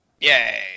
Yay